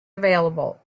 available